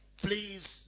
Please